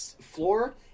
floor